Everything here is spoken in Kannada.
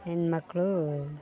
ಹೆಣ್ಣುಮಕ್ಳು